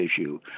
issue